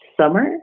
summer